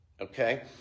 okay